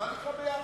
מה זה נקרא ביחד?